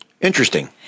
Interesting